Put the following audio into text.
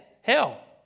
hell